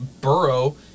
Burrow